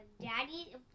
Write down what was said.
Daddy